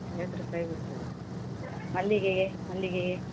ಐವತ್ತು ರೂಪಾಯಿ ಬೀಳ್ತದ ಮಲ್ಲಿಗೆಗೆ ಮಲ್ಲಿಗೆಗೆ